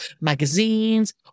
magazines